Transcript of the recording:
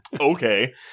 Okay